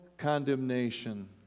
condemnation